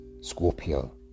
Scorpio